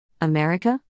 America